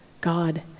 God